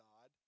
God